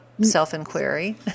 self-inquiry